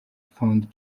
fund